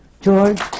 George